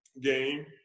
game